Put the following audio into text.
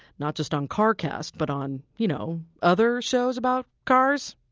not just on carcast, but on, you know, other shows about cars.